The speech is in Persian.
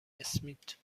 اسمیت